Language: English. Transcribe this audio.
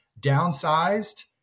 downsized